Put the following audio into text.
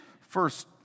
First